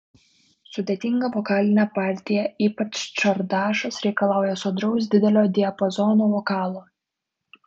sudėtinga vokalinė partija ypač čardašas reikalauja sodraus didelio diapazono vokalo